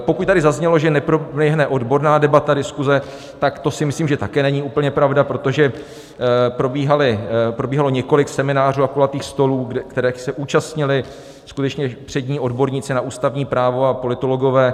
Pokud tady zaznělo, že neproběhne odborná debata, diskuze, tak to si myslím, že také není úplně pravda, protože probíhalo několik seminářů a kulatých stolů, kterých se účastnili skutečně přední odborníci na ústavní právo a politologové.